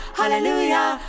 hallelujah